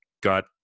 got